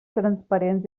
transparents